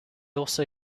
also